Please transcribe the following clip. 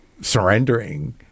surrendering